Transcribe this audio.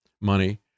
money